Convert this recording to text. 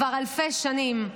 כבר אלפי שנים.